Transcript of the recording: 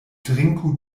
drinku